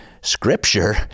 scripture